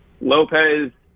Lopez